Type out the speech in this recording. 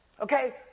okay